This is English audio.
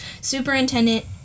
Superintendent